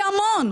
זה המון.